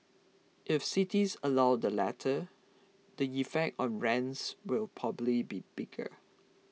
if cities allow the latter the effect on rents will probably be bigger